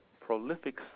prolific